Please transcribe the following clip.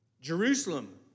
Jerusalem